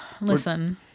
Listen